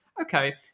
okay